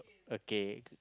okay